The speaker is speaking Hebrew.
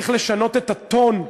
איך לשנות את הטון.